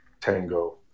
tango